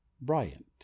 bryant